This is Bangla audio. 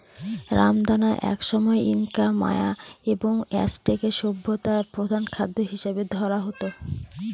রামদানা একসময় ইনকা, মায়া এবং অ্যাজটেক সভ্যতায় প্রধান খাদ্য হিসাবে ধরা হত